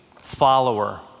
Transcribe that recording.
follower